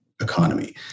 economy